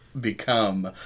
become